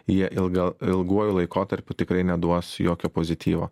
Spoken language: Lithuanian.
jie ilga ilguoju laikotarpiu tikrai neduos jokio pozityvo